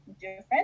different